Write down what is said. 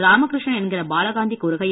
ராமகிருஷ்ணன் என்கிற பாலகாந்தி கூறுகையில்